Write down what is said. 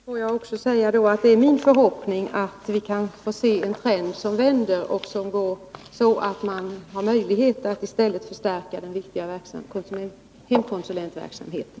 Herr talman! Får jag då också säga att det är min förhoppning att trenden vänder, så att man i stället får möjlighet att förstärka den viktiga konsulentverksamheten.